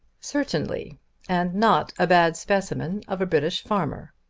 certainly and not a bad specimen of a british farmer.